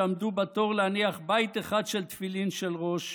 שעמדו בתור להניח בית אחד של תפילין של ראש,